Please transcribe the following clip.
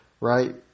right